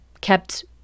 kept